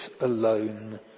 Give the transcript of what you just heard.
alone